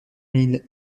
mille